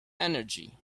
energy